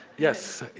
yes,